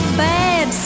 bad